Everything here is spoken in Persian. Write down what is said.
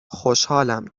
خوشحالم